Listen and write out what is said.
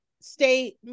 state